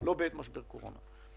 לא בעת משבר קורונה.